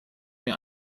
mir